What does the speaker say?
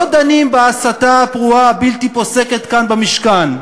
לא דנים בהסתה הפרועה, הבלתי-פוסקת, כאן במשכן.